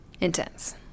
intense